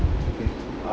okay